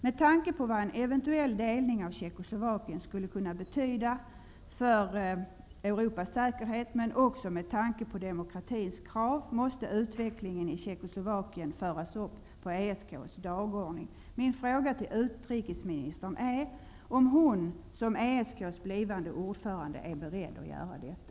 Med tanke på vad en eventuell delning av Tjeckoslovakien skulle kunna betyda för Europas säkerhet, men också med tanke på demokratins krav, måste utvecklingen i Tjeckoslovakien föras upp på ESK:s dagordning. Min fråga till utrikesministern är om hon, som ESK:s blivande ordförande, är beredd att göra detta.